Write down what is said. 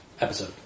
episode